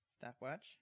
stopwatch